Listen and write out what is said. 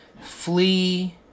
Flee